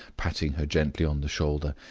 patting her gently on the shoulder.